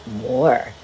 more